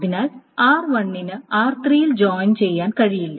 അതിനാൽ r1 ന് r3 ൽ ജോയിൻ ചെയ്യാൻ കഴിയില്ല